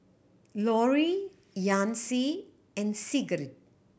Laurie Yancy and Sigrid